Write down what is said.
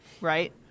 Right